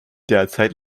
derzeit